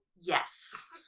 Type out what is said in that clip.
Yes